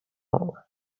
اومد